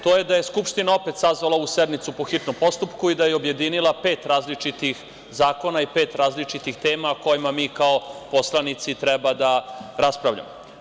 To je da je Skupština opet sazvala ovu sednicu po hitnom postupku i da je objedinila pet različitih zakona i pet različitih tema o kojima mi kao poslanici treba da raspravljamo.